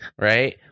right